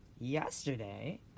yesterday